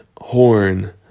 horn